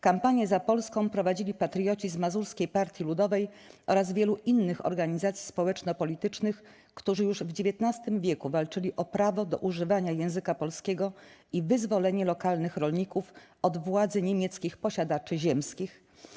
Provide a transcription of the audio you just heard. Kampanię za Polską prowadzili patrioci z Mazurskiej Partii Ludowej oraz wielu innych organizacji społeczno-politycznych, którzy już w XIX w. walczyli o prawo do używania języka polskiego i wyzwolenie lokalnych rolników od władzy niemieckich posiadaczy ziemskich.